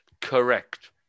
Correct